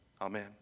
Amen